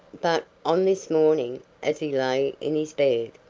but on this morning, as he lay in his bed,